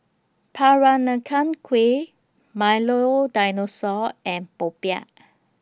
Peranakan Kueh Milo Dinosaur and Popiah